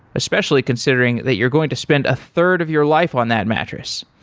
especially considering that you're going to spend a third of your life on that mattress.